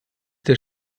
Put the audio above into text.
der